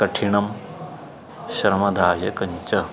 कठिनं श्रमदायकं च